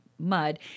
mud